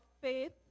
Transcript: faith